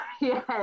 yes